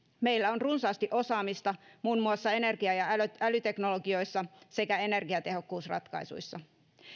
meillä on runsaasti osaamista muun muassa energia ja älyteknologioissa sekä energiatehokkuusratkaisuissa